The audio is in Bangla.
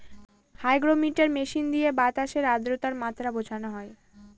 হাইগ্রোমিটার মেশিন দিয়ে বাতাসের আদ্রতার মাত্রা বোঝা হয়